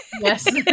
Yes